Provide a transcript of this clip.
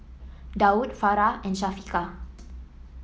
Daud Farah and Syafiqah